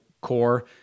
core